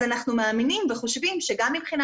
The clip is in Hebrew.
אז אנחנו מאמינים וחושבים שגם מבחינה